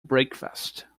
breakfast